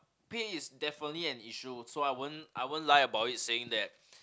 pay is definitely an issue so I won't I won't lie about it saying that